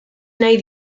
nahi